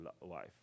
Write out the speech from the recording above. life